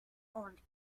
orange